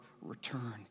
return